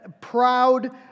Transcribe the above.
proud